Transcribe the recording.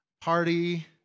party